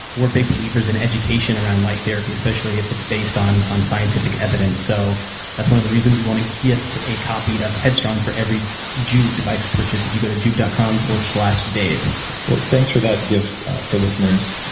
we're big believers in education around light therapy especially if it's based on on scientific evidence. so that's one of the reasons we want to gift a copy of head strong for every joovv device purchased. if you go to joovv dot com dave well, thanks for that gift for listeners.